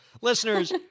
Listeners